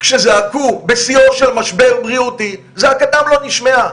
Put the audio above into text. כשזעקו בשיאו של משבר בריאותי, זעקתם לא נשמעה.